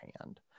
hand